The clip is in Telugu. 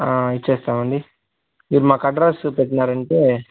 ఆ ఇస్తాము అండి మీరు మాకు అడ్రస్సు పెట్టారంటే